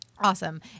Awesome